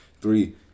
Three